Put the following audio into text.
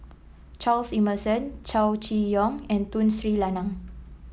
Charles Emmerson Chow Chee Yong and Tun Sri Lanang